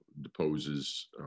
deposes